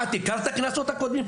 את הכרת את הכנסות הקודמות?